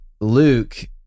Luke